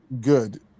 good